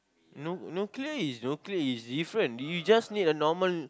no no okay okay is different you just need a normal